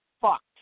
fucked